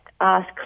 ask